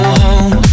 home